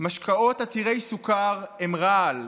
משקאות עתירי סוכר הם רעל.